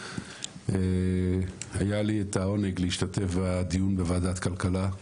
היה לי את העונג להשתתף בדיון בוועדת כלכלה.